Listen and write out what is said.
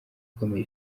ikomeye